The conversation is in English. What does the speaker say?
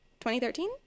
2013